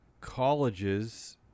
colleges